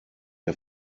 der